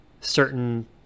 certain